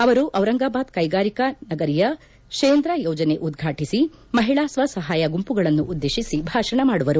ಅವರು ಜಿರಂಗಾಬಾದ್ ಕೈಗಾರಿಕಾ ನಗರಿಯ ಶೇಂದ್ರ ಯೋಜನೆ ಉದ್ವಾಟಿಸಿ ಮಹಿಳಾ ಸ್ವ ಸಹಾಯ ಗುಂಪುಗಳನ್ನು ಉದ್ದೇಶಿಸಿ ಭಾಷಣ ಮಾಡುವರು